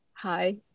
hi